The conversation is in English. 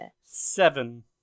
seven